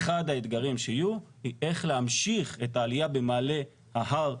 אחד האתגרים שיהיו הוא איך להמשיך את העליה במעלה ההר,